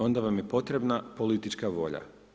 Onda vam je potrebna politička volja.